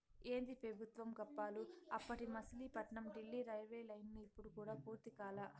ఏందీ పెబుత్వం గప్పాలు, అప్పటి మసిలీపట్నం డీల్లీ రైల్వేలైను ఇప్పుడు కూడా పూర్తి కాలా